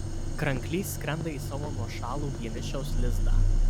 kranklys skrenda į savo nuošalų vienišiaus lizdą